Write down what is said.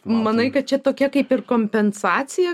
manai kad čia tokia kaip ir kompensacija